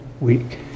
week